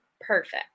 perfect